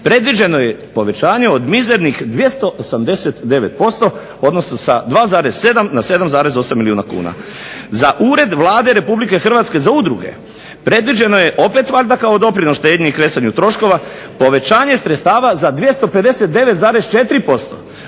predviđeno je povećanje od mizernih 289%, odnosno sa 2,7 na 7,8 milijuna kuna. Za ured Vlade Republike Hrvatske za udruge predviđeno je opet valjda kao doprinos štednji i kresanju troškova povećanje sredstava za 259,4%,